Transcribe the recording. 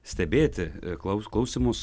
stebėti klaus klausymus